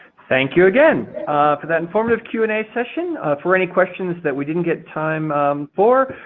thank you again for that informative q and a session. for any questions that we didn't get time for,